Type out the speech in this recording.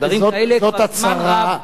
כי אני מוכרח לומר לך, חבר הכנסת